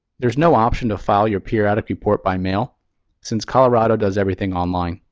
there's no option to file your periodic report by mail since colorado does everything online.